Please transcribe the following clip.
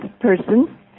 person